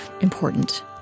important